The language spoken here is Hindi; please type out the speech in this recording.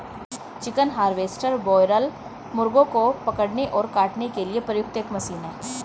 चिकन हार्वेस्टर बॉयरल मुर्गों को पकड़ने और काटने के लिए प्रयुक्त एक मशीन है